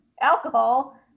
alcohol